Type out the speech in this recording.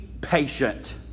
patient